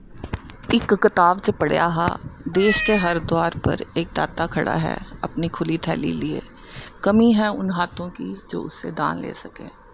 इक कताब च पढ़ेआ हा देश के हर दवार पर एक दाता खड़ा है अपनी खुली थैल्ली लिये कमी है उन हाथों कि जो उससे दान ले सके